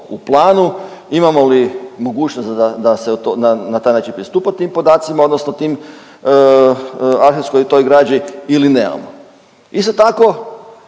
u planu, imamo li mogućnost da se na taj način pristupa tim podacima odnosno tim arhivskoj i toj građi ili nemamo. Isto tako,